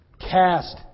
cast